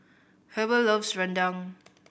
Heber loves rendang